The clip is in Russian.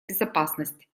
безопасность